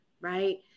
right